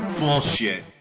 bullshit